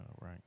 Right